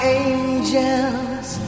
angels